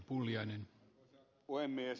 arvoisa puhemies